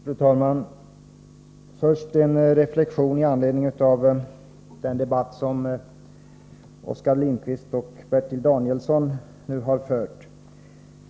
Fru talman! Först en reflexion i anledning av den debatt som Oskar Lindkvist och Bertil Danielsson nu har fört.